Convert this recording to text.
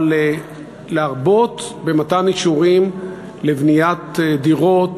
אבל להרבות במתן אישורים לבניית דירות,